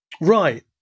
right